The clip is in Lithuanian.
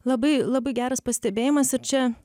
labai labai geras pastebėjimas ir čia